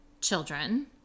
children